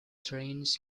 trains